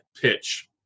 Pitch